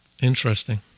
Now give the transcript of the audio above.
Interesting